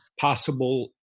possible